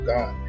God